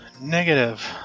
Negative